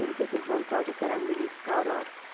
um this is one project that i'm really proud of.